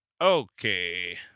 Okay